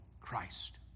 Christ